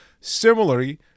similarly